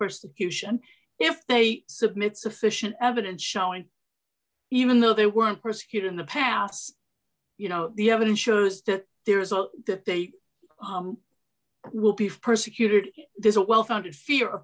persecution if they submit sufficient evidence showing even though they weren't persecute in the past you know the evidence shows that there is all that they will be for persecuted there's a well founded fear